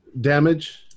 Damage